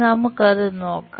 നമുക്ക് അത് നോക്കാം